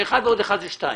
שאחד ועוד אחד זה שתיים.